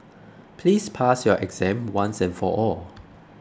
please pass your exam once and for all